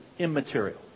Immaterial